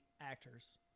actors